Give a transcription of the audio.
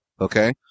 Okay